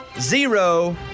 zero